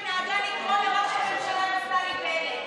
איך היא נהגה לקרוא לראש הממשלה נפתלי בנט.